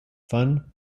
fun